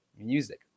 Music